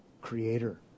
Creator